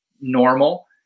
normal